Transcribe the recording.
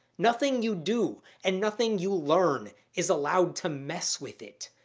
nothing you do, and nothing you learn, is allowed to mess with it.